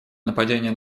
нападения